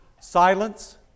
Silence